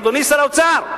אדוני שר האוצר,